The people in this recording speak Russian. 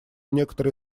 некоторые